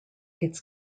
its